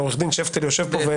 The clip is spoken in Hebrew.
עורך דין שפטל יושב פה,